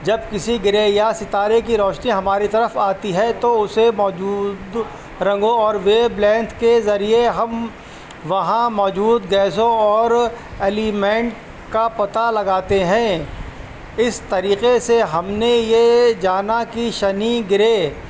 جب کسی گرہ یا ستارے کی روشنی ہماری طرف آتی ہے تو اسے موجود رنگوں اور ویب لینتھ کے ذریعے ہم وہاں موجود گیسوں اور ایلیمینٹ کا پتہ لگاتے ہیں اس طریقے سے ہم نے یہ جانا کی شنی گرہ